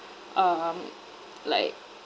um like